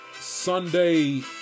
Sunday